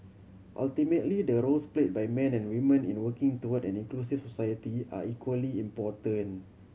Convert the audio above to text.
ultimately the roles played by men and women in working toward an inclusive society are equally important